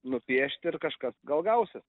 nupiešti ir kažkas gal gausis